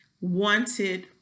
Wanted